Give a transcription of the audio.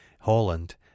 Holland